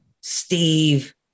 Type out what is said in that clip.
Steve